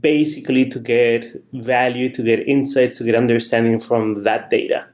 basically to get value to their insights to get understanding from that data.